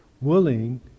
willing